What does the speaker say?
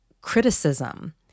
criticism